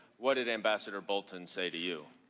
what did ambassador alton say to you?